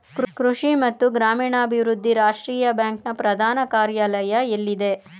ಕೃಷಿ ಮತ್ತು ಗ್ರಾಮೀಣಾಭಿವೃದ್ಧಿ ರಾಷ್ಟ್ರೀಯ ಬ್ಯಾಂಕ್ ನ ಪ್ರಧಾನ ಕಾರ್ಯಾಲಯ ಎಲ್ಲಿದೆ?